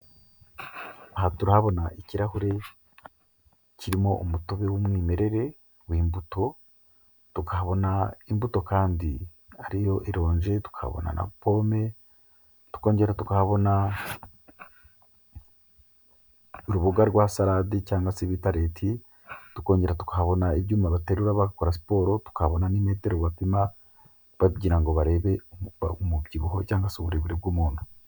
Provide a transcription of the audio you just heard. Aha turahabona ikirahure kirimo umutobe w'umwimerere w'imbuto, tukahabona imbuto kandi ariyo ironje, tukahabona na pome, tukongera tukahabona uruboga rwa salade cyangwa se bita reti, tukongera tukahabona ibyuma baterura bakora siporo, tukabona n'imetero bapima bagira ngo barebe umubyibuho cyangwa se uburebure bw'umuntu.